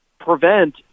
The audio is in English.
prevent